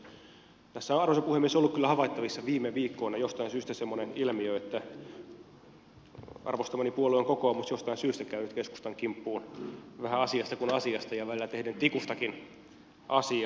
tässä on arvoisa puhemies ollut kyllä havaittavissa viime viikkoina semmoinen ilmiö että arvostamani puolue kokoomus jostain syystä käy nyt keskustan kimppuun vähän asiasta kuin asiasta ja välillä tehden tikustakin asiaa